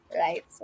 right